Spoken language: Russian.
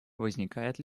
возникает